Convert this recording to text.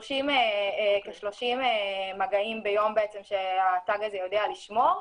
כ-30 מגעים ביום שהתג הזה יודע לשמור.